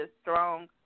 strong